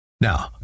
Now